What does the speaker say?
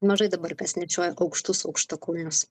mažai dabar kas nešioja aukštus aukštakulnius